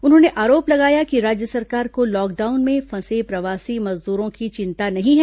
उन्होंने आरोप लगाया कि राज्य सरकार को लॉकडाउन में फंसे प्रवासी मजदूरों की चिंता नहीं है